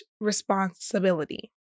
responsibility